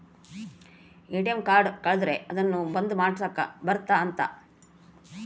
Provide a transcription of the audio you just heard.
ATM card ಕಳುದ್ರೆ ಅದುನ್ನ ಬಂದ್ ಮಾಡ್ಸಕ್ ಬರುತ್ತ ಅಂತ